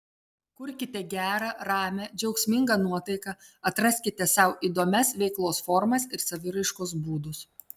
kurkite gerą ramią džiaugsmingą nuotaiką atraskite sau įdomias veiklos formas ir saviraiškos būdus